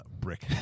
brick